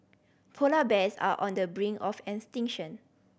polar bears are on the brink of extinction